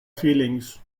feelings